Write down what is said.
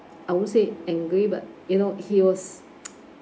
I won't say angry but you know he was